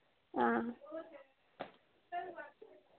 हां